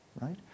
Right